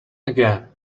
again